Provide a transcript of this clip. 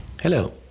Hello